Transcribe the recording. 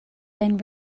been